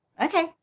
Okay